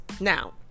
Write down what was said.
Now